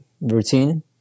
routine